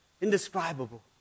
indescribable